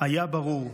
היה ברור,